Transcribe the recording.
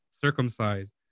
circumcised